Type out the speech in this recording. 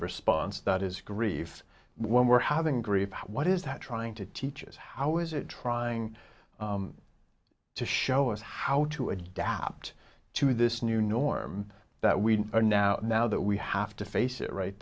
response that is grief when we're having grief what is that trying to teach us how is it trying to show us how to adapt to this new norm that we are now now that we have to face it